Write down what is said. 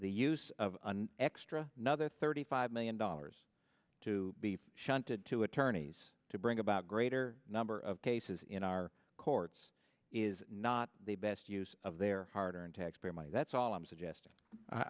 the use of an extra another thirty five million dollars to be shunted to attorneys to bring about greater number of cases in our courts is not the best use of their hard earned taxpayer money that's all i'm suggesting i